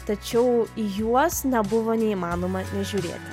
tačiau juos nebuvo neįmanoma nežiūrėti